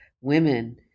women